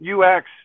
UX